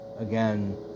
Again